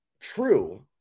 true